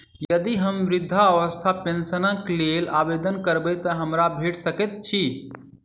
यदि हम वृद्धावस्था पेंशनक लेल आवेदन करबै तऽ हमरा भेट सकैत अछि?